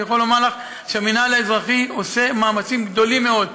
אני יכול לומר לך שהמינהל האזרחי עושה מאמצים גדולים מאוד.